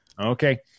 okay